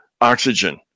oxygen